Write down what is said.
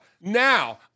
Now